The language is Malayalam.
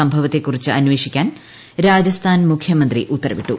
സംഭവത്തെക്കുറിച്ച് അന്വേഷിക്കാൻ രാജസ്ഥാൻ മുഖ്യമന്ത്രി ഉത്തരവിട്ടു